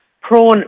prawn